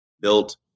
built